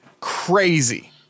Crazy